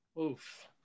Oof